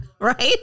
right